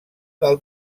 del